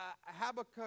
Habakkuk